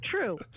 true